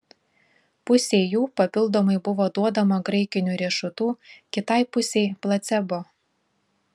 pusei jų papildomai buvo duodama graikinių riešutų kitai pusei placebo